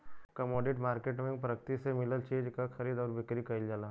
commodity market में प्रकृति से मिलल चीज क खरीद आउर बिक्री कइल जाला